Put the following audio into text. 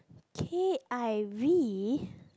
K_I_V